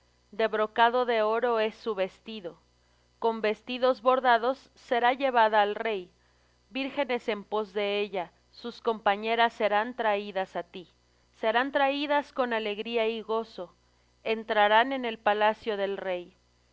de brocado de oro es su vestido con vestidos bordados será llevada al rey vírgenes en pos de ella sus compañeras serán traídas á ti serán traídas con alegría y gozo entrarán en el palacio del rey